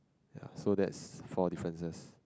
ya so that's four differences